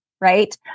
right